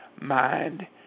mind